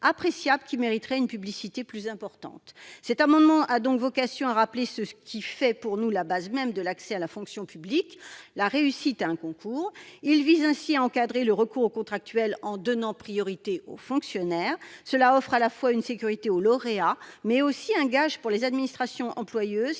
qui mériterait une publicité plus importante. Cet amendement vise donc à rappeler ce qui fait à nos yeux la base même de l'accès à la fonction publique : la réussite à un concours. Il tend ainsi à encadrer le recours aux contractuels en donnant priorité aux fonctionnaires. Cela offre une sécurité aux lauréats des concours, mais c'est aussi l'assurance, pour les administrations employeuses,